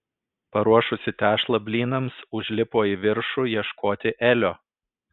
paruošusi tešlą blynams užlipo į viršų ieškoti elio